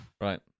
Right